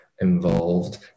involved